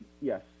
yes